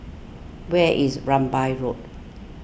where is Rambai Road